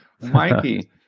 Mikey